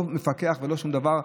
לא מפקח ולא שום דבר.